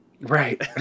Right